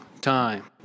time